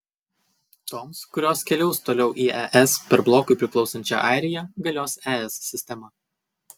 toms kurios keliaus toliau į es per blokui priklausančią airiją galios es sistema